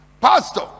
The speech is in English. Pastor